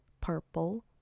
purple